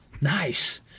nice